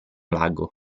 lago